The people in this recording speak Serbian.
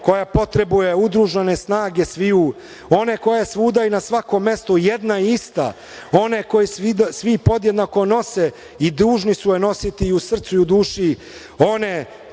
koja potrebuje udružene snage sviju, one koja je svuda i na svakom mestu jedna ista, one koju svi podjednako nose i dužni su je nositi i u srcu i u duši, one